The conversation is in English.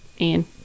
Ian